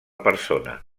persona